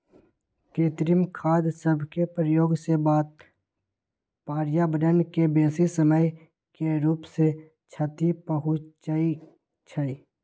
कृत्रिम खाद सभके प्रयोग से पर्यावरण के बेशी समय के रूप से क्षति पहुंचइ छइ